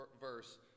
verse